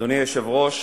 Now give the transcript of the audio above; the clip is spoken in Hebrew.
אדוני היושב-ראש,